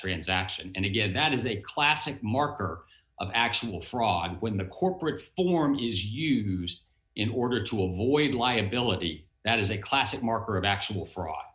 transaction and again that is a classic marker of actual fraud when the corporate form is used in order to avoid liability that is a classic marker of actual fraud